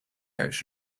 ocean